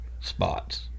spots